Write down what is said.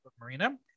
Marina